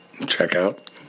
checkout